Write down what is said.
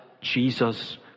Jesus